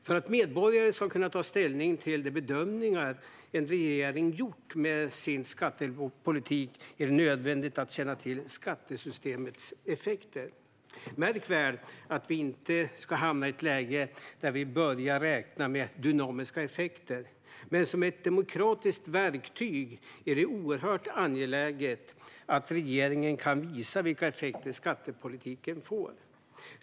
För att medborgare ska kunna ta ställning till de bedömningar en regering gjort med sin skattepolitik är det nödvändigt att de känner till skattesystemets effekter. Märk väl att vi inte ska hamna i ett läge där vi börjar räkna med dynamiska effekter, men som ett demokratiskt verktyg är det oerhört angeläget att regeringen kan visa vilka effekter skattepolitiken får.